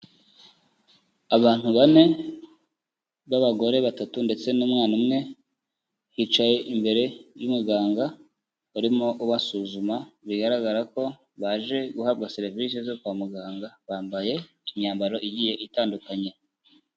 Abantu bane b'abagore batatu ndetse n'umwana umwe, bicaye imbere y'umuganga urimo ubasuzuma, bigaragara ko baje guhabwa serivisi zo kwa muganga, bambaye imyambaro igiye itandukanye.